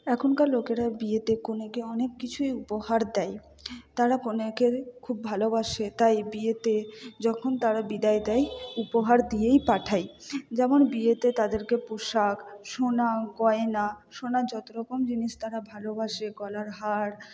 এখনকার লোকেরা বিয়েতে কনেকে অনেক কিছুই উপহার দেয় তারা কনেকে খুব ভালোবাসে তাই বিয়েতে যখন তারা বিদায় দেয় উপহার দিয়েই পাঠায় যেমন বিয়েতে তাদেরকে পোশাক সোনা গয়না সোনার যত রকম জিনিস তারা ভালোবাসে গলার হার